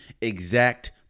exact